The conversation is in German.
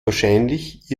wahrscheinlich